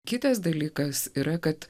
kitas dalykas yra kad